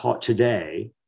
today